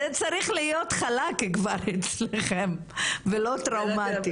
זה צריך להיות חלק כבר אצלכם ולא טראומתי.